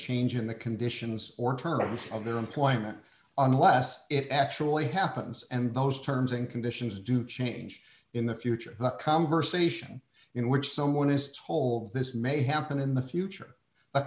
change in the conditions or terms of their employment unless it actually happens and those terms and conditions do change in the future the conversation in which someone is told this may happen in the future